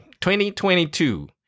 2022